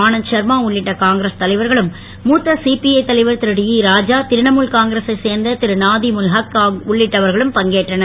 அனந்த் சர்மா உள்ளிட்ட காங்கிரஸ் தலைவர்களும் மூத்த சிபிஐ தலைவர் திரு டி ராஜா திரிணாமூல் காங்கிரசைச் சேர்ந்த திரு நாதிமுல் ஹக் உள்ளிட்டவர்களும் பங்கேற்றனர்